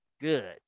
good